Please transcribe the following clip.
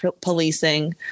policing